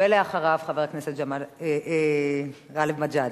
ואחריו, חבר הכנסת גאלב מג'אדלה.